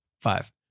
Five